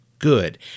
good